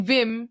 Vim